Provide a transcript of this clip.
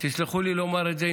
ותסלחו לי שאני אומר את זה,